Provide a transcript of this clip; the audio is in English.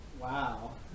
Wow